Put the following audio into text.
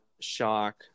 shock